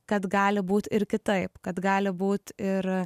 kad gali būt ir kitaip kad gali būt ir